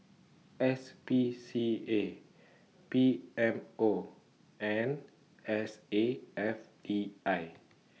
S P C A P M O and S A F T I